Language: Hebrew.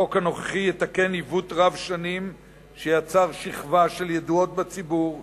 החוק הנוכחי יתקן עיוות רב-שנים שיצר שכבה של ידועות בציבור,